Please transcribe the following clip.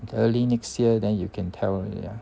early next year then you can tell already lah